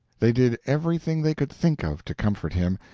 they did everything they could think of to comfort him,